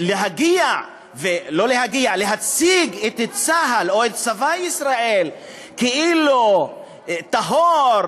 להציג את צה"ל או את צבא ישראל כאילו טהור,